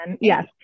Yes